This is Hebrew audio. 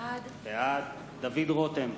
בעד דוד רותם,